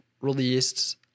released